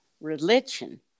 religion